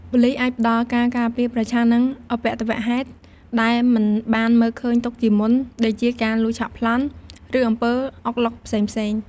ប៉ូលីសអាចផ្តល់ការការពារប្រឆាំងនឹងឧបទ្ទវហេតុដែលមិនបានមើលឃើញទុកជាមុន ដូចជាការលួចឆក់ប្លន់ ឬអំពើអុកឡុកផ្សេងៗ។